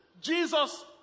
Jesus